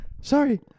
Sorry